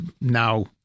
now